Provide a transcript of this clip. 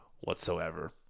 whatsoever